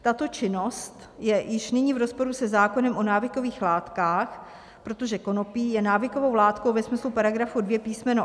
Tato činnost je již nyní v rozporu se zákonem o návykových látkách, protože konopí je návykovou látkou ve smyslu § 2 písm.